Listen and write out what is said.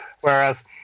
whereas